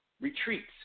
retreats